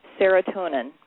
serotonin